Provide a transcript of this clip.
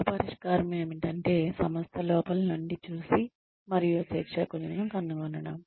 ఒక పరిష్కారం ఏమిటంటే సంస్థ లోపల నుండి చూసి మరియు శిక్షకులను కనుగొనడం